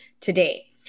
today